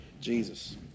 Jesus